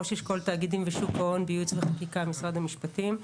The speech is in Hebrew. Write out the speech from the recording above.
ראש אשכול תאגידים ושוק ההון בייעוץ וחקיקה במשרד המשפטים.